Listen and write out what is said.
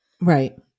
Right